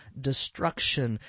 destruction